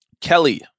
Kelly